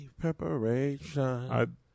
preparation